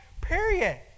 period